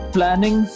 planning